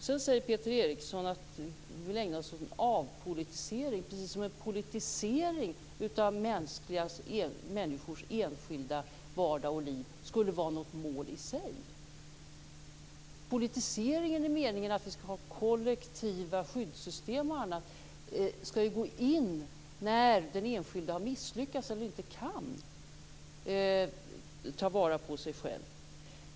Peter Eriksson säger också att vi ägnar oss åt en avpolitisering, precis som om politisering av enskilda människors vardag och liv skulle vara något mål i sig. Politiseringens mening är att vi skall ha kollektiva skyddssystem. De skall gå in när den enskilde har misslyckats eller inte kan ta vara på sig själv.